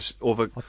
over